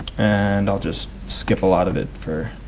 and i'll just skip a lot of it for